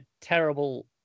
terrible